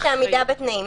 הוא בודק עמידה בתנאים.